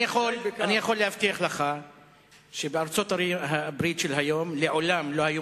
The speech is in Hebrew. אני יכול להבטיח לך שבארצות-הברית של היום לעולם לא היו